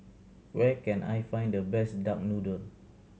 where can I find the best duck noodle